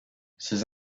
ses